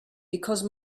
because